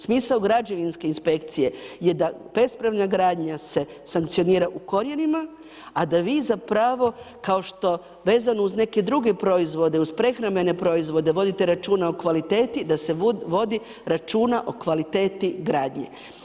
Smisao građevinske inspekcije je da bespravna gradnja se sankcionira u korijenima a da vi zapravo kao što vezano uz neke druge proizvode, uz prehrambene proizvode vodite računa o kvaliteti, da se vodi računa o kvaliteti gradnje.